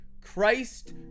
Christ